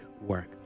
work